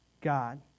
God